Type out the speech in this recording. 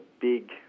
big